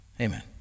Amen